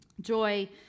Joy